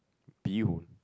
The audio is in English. bee-hoon